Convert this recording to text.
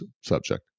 subject